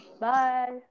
Bye